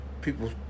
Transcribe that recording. People